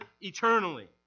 eternally